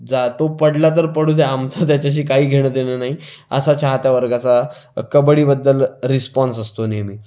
जा तो पडला तर पडू द्या आमचा त्याच्याशी काही घेणं देणं नाही असा चाहता वर्गाचा कबड्डीबद्दल रिस्पॉन्स असतो नेहमी